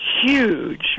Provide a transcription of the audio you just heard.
huge